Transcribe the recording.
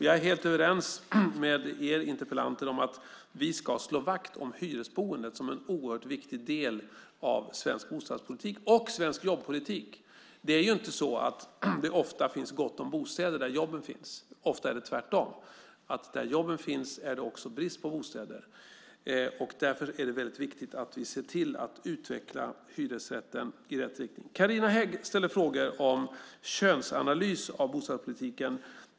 Jag är helt överens med er interpellanter om att vi ska slå vakt om hyresboendet som en oerhört viktig del av svensk bostadspolitik - och svensk jobbpolitik. Det är ju inte så att det ofta finns gott om bostäder där jobben finns. Ofta är det tvärtom så att där jobben finns är det brist på bostäder. Därför är det väldigt viktigt att vi ser till att utveckla hyresrätten i rätt riktning. Carina Hägg ställde frågor om könsanalys av bostadspolitiken.